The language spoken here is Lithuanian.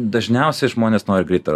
dažniausiai žmonės nori greito